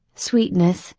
sweetness,